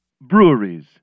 Breweries